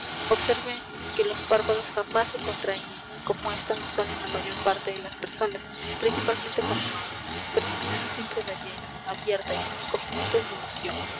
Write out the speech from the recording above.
observé que los párpados jamás se contraían como es tan usual en la mayor parte de las personas principalmente cuando hablan pero su mirada siempre era llena abierta y sin encogimiento ni emoción